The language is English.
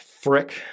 frick